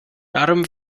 darum